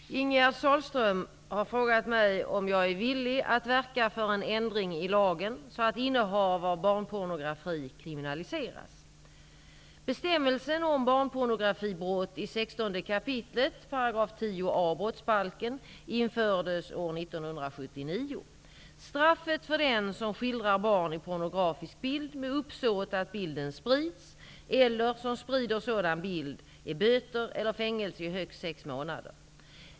Fru talman! Ingegerd Sahlström har frågat mig om jag är villig att verka för en ändring i lagen så att innehav av barnpornografi kriminaliseras. 10 a § brottsbalken infördes år 1979. Straffet för den som skildrar barn i pornografisk bild med uppsåt att bilden sprids eller som sprider sådan bild är böter eller fängelse i högst sex månader.